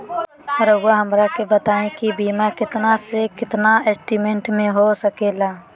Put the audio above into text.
रहुआ हमरा के बताइए के बीमा कितना से कितना एस्टीमेट में हो सके ला?